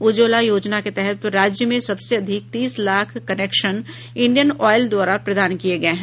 उज्ज्वला योजना के तहत राज्य में सबसे अधिक तीस लाख कनेक्शन इंडियन ऑयल द्वारा प्रदान किये गये है